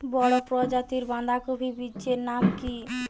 বড় প্রজাতীর বাঁধাকপির বীজের নাম কি?